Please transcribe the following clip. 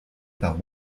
par